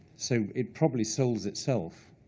so it probably solves itself.